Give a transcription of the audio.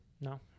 no